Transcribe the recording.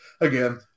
again